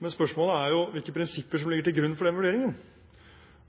Men spørsmålet er jo hvilke prinsipper som ligger til grunn for den vurderingen.